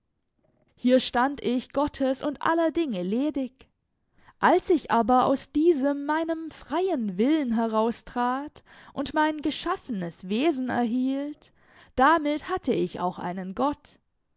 hier stand ich gottes und aller dinge ledig als ich aber aus diesem meinem freien willen heraustrat und mein geschaffenes wesen erhielt damit hatte ich auch einen gott